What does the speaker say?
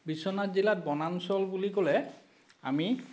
বিশ্বনাথ জিলাত বনাঞ্চল বুলি ক'লে আমি